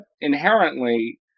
inherently